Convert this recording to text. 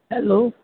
hello